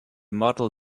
model